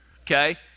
okay